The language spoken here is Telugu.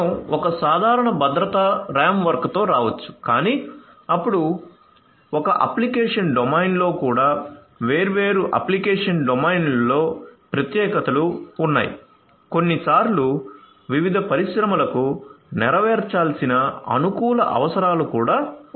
మనం ఒక సాధారణ భద్రతా ర్యామ్వర్క్తో రావచ్చు కాని అప్పుడు ఒక అప్లికేషన్ డొమైన్లో కూడా వేర్వేరు అప్లికేషన్ డొమైన్లలో ప్రత్యేకతలు ఉన్నాయి కొన్నిసార్లు వివిధ పరిశ్రమలకు నెరవేర్చాల్సిన అనుకూల అవసరాలు కూడా ఉన్నాయి